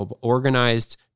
organized